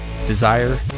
Desire